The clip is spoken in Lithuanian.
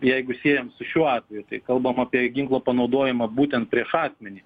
jeigu siejam su šiuo atveju tai kalbam apie ginklo panaudojimą būtent prieš asmenį